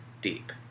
deep